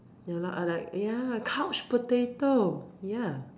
ya lor or like ya couch potato ya